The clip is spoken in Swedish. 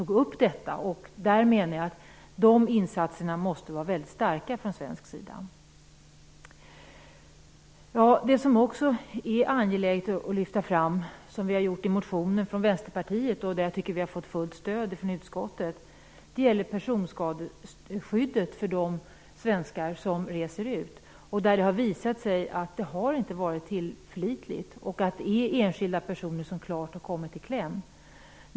Jag menar att insatserna från svensk sida måste vara mycket starka. Det som också är angeläget att lyfta fram - det har vi också gjort i Vänsterpartiets motioner och jag tycker att vi har fått fullt stöd för det från utskottet - gäller personskadeskyddet för de svenskar som reser ut. Det har visat sig att det inte har varit tillförlitligt. Enskilda personer har klart kommit i kläm.